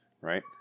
right